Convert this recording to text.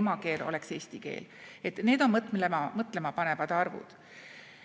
emakeel oleks eesti keel. Need on mõtlemapanevad arvud.